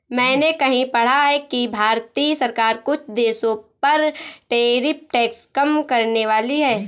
मैंने कहीं पढ़ा है कि भारतीय सरकार कुछ देशों पर टैरिफ टैक्स कम करनेवाली है